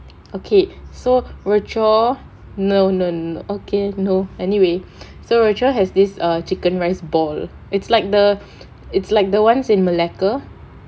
okay so rochor no no no okay no anyway so rochor has this err chicken rice ball it's like the it's like the ones in malacca